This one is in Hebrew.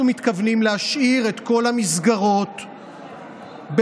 אנחנו מתכוונים להשאיר את כל המסגרות בתוקף,